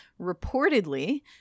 reportedly